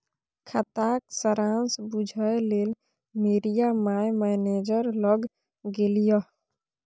खाताक सारांश बुझय लेल मिरिया माय मैनेजर लग गेलीह